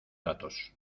datos